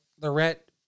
Lorette